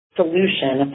solution